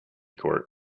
court